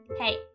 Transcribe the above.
Hey